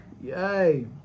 yay